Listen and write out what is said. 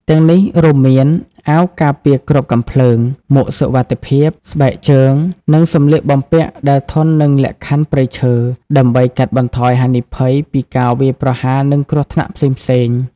ទាំងនេះរួមមាន អាវការពារគ្រាប់កាំភ្លើង មួកសុវត្ថិភាព ស្បែកជើង និងសំលៀកបំពាក់ដែលធន់នឹងលក្ខខណ្ឌព្រៃឈើ ដើម្បីកាត់បន្ថយហានិភ័យពីការវាយប្រហារ និងគ្រោះថ្នាក់ផ្សេងៗ។